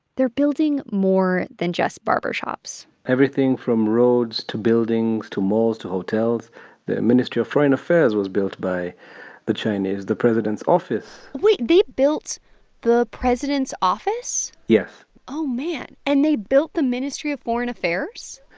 they're building more than just barber shops everything from roads to buildings to malls to hotels the ministry of foreign affairs was built by the chinese the president's office wait. they built the president's office? yes oh, man. and they built the ministry of foreign affairs?